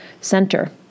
center